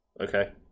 Okay